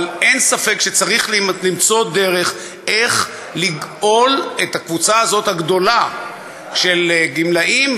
אבל אין ספק שצריך למצוא דרך לגאול את הקבוצה הגדולה הזאת של הגמלאים,